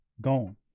gone